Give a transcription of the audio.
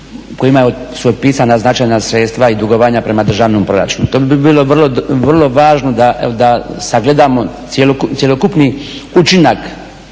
kojima su otpisana značajna sredstva i dugovanja prema državnom proračunu. To bi bilo vrlo važno da sagledamo cjelokupni učinak